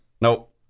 Nope